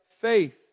faith